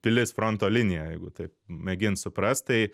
pilis fronto linija jeigu taip mėginst supras tai